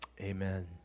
amen